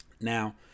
now